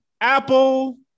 Apple